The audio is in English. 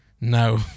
No